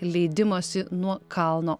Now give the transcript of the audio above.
leidimosi nuo kalno